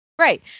Right